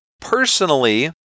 Personally